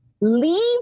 leave